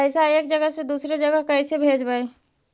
पैसा एक जगह से दुसरे जगह कैसे भेजवय?